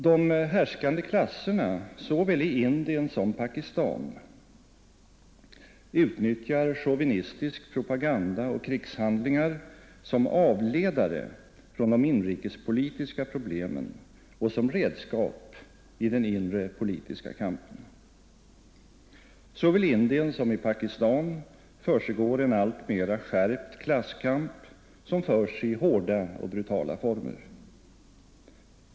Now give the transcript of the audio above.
De härskande klasserna såväl i Indien som i Pakistan utnyttjar chauvinistisk propaganda och krigshandlingar som avledare från de inrikespolitiska problemen och som redskap i den inre politiska kampen. Såväl i Indien som i Pakistan försiggår en alltmera skärpt klasskamp, som förs i hårda och brutala former.